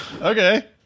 Okay